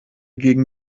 gegen